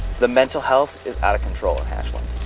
the mental health is out of control in ashland.